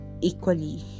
equally